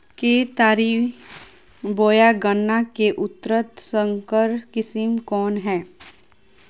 केतारी बोया गन्ना के उन्नत संकर किस्म कौन है?